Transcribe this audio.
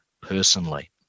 personally